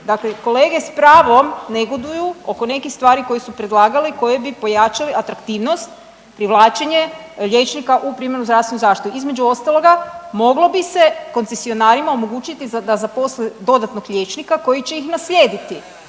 dakle kolege s pravom negoduju oko nekih stvari koje su predlagale koje bi pojačale atraktivnost, privlačenje liječnika u primarnu zdravstvenu zaštitu. Između ostaloga, moglo bi se koncesionarima omogućiti da zaposle dodatnog liječnika koji će ih naslijediti,